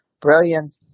brilliant